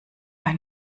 ein